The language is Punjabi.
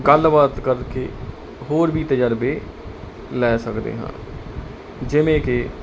ਗੱਲ ਬਾਤ ਕੱਲ ਹੋਰ ਵੀ ਤਜਰਬੇ ਲੈ ਸਕਦੇ ਹਾਂ ਜਿਵੇਂ ਕਿ